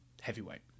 heavyweight